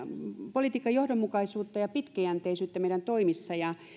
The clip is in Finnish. politiikkajohdonmukaisuutta ja pitkäjänteisyyttä meidän toimissa ja